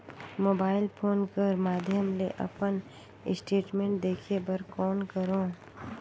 Mobile phone कर माध्यम ले अपन स्टेटमेंट देखे बर कौन करों?